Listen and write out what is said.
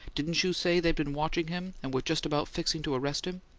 didn't you say they'd been watching him and were just about fixing to arrest him?